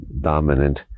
dominant